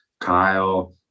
Kyle